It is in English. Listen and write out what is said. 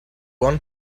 one